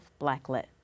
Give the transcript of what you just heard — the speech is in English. blacklit